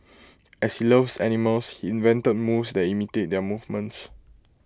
as he loves animals he invented moves that imitate their movements